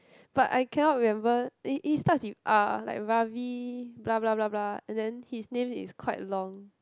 but I cannot remember eh eh it starts with R like Ravi blah blah blah and then his name is quite long